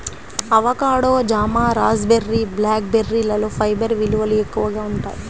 avocado, జామ, raspberry, black బెర్రీలలో fibre విలువలు ఎక్కువగా ఉంటాయి